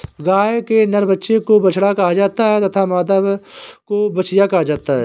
गाय के नर बच्चे को बछड़ा कहा जाता है तथा मादा को बछिया कहा जाता है